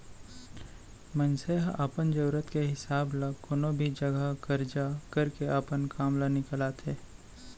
मनसे ह अपन जरूरत के हिसाब ल कोनो भी जघा करजा करके अपन काम ल निकालथे